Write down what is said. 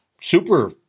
super